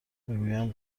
میگویم